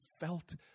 felt